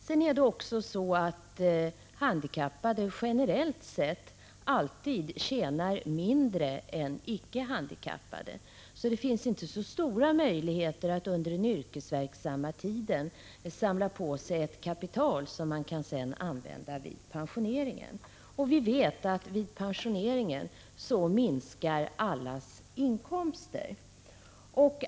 Vidare tjänar handikappade generellt sett alltid mindre än icke handikappade, så det finns inte så stora möjligheter att under den yrkesverksamma tiden samla på sig ett kapital som man sedan kan använda vid pensioneringen. Vi vet att vid pensioneringen minskar allas inkomster.